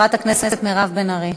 חברת הכנסת מירב בן ארי.